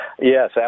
Yes